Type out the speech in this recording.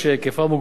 שהיקפה מוגבל,